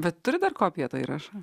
bet turit dar kopiją to įrašo